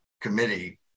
Committee